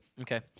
okay